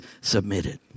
submitted